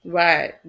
right